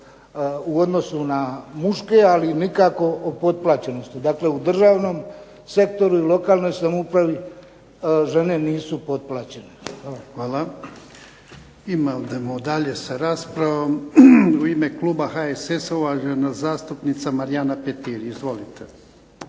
u odnosu na muške, ali nikako o potplaćenosti. Dakle, u državnom sektoru i lokalnoj samoupravi žene nisu potplaćene. Hvala. **Jarnjak, Ivan (HDZ)** Hvala. Idemo dalje sa raspravom. U ime kluba HSS-a uvažena zastupnica Marijana Petir. Izvolite.